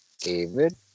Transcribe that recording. David